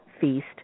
feast